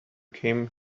came